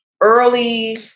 Early